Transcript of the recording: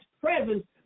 presence